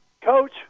Coach